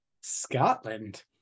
scotland